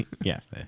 Yes